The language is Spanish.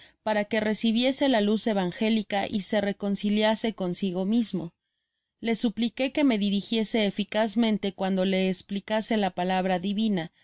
para que recibiese la luz evangélica y se reconciliase consigo mismo le supliqué que me dirigiese eficazmente cuando le esplicase la palabra divina